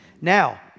Now